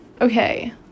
Okay